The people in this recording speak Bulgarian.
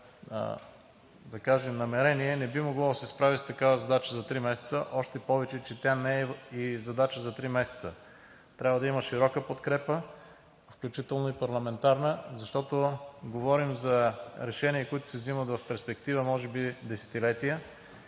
ни намерения, не би могло да се справи с такава задача за три месеца, още повече че тя не е и задача за три месеца. Трябва да има широка подкрепа, включително и парламентарна, защото говорим за решения, които се вземат в перспектива може би десетилетия